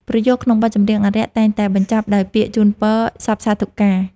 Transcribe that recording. ប្រយោគក្នុងបទចម្រៀងអារក្ស តែងតែបញ្ចប់ដោយពាក្យជូនពរសព្វសាធុការ។